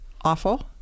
awful